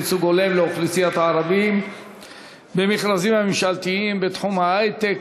ייצוג הולם לאוכלוסיית הערבים במכרזים הממשלתיים בתחום ההיי-טק),